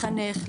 לחנך,